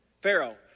Pharaoh